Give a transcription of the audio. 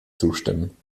zustimmen